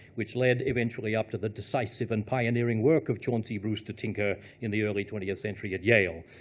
which led, eventually, up to the decisive and pioneering work of chauncey brewster tinker in the early twentieth century at yale.